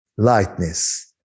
Lightness